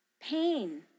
pain